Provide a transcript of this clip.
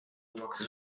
tuuakse